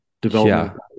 development